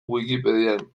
wikipedian